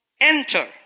enter